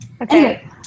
Okay